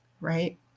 right